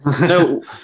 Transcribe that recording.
no